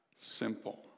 simple